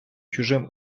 чужим